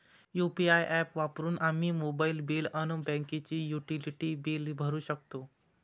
UPI app वापरून आम्ही mobile bill अन बाकीचे युटिलिटी बिल भरू शकतो